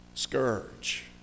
Scourge